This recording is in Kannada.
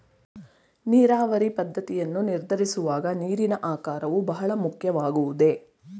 ನೀರಾವರಿ ಪದ್ದತಿಯನ್ನು ನಿರ್ಧರಿಸುವಾಗ ನೀರಿನ ಆಕಾರವು ಬಹಳ ಮುಖ್ಯವಾಗುವುದೇ?